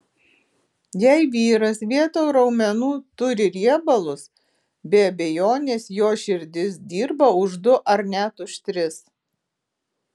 jei vyras vietoj raumenų turi riebalus be abejonės jo širdis dirba už du ar net už tris